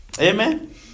Amen